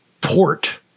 port